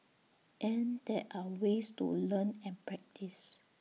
and there are ways to learn and practice